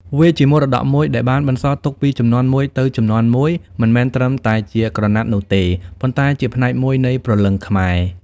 វាជាមរតកមួយដែលបានបន្សល់ទុកពីជំនាន់មួយទៅជំនាន់មួយ មិនមែនត្រឹមតែជាក្រណាត់នោះទេ ប៉ុន្តែជាផ្នែកមួយនៃព្រលឹងខ្មែរ។